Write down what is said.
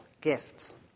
gifts